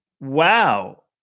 Wow